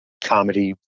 comedy